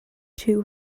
too